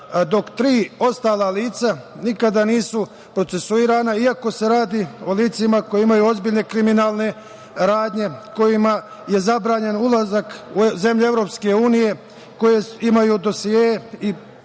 dok tri ostala lica nikada nisu procesuirana iako se radi o licima koja imaju ozbiljne kriminalne radnje, kojima je zabranjen ulazak u zemlje EU, koji imaju dosijee i višegodišnju